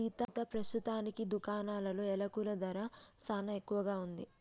సీతా పస్తుతానికి దుకాణాలలో యలకుల ధర సానా ఎక్కువగా ఉంది